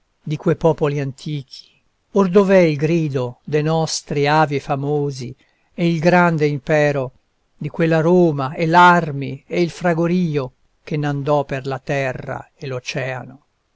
di que popoli antichi or dov'è il grido de nostri avi famosi e il grande impero di quella roma e l'armi e il fragorio che n'andò per la terra e